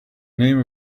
name